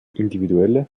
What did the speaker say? individuelle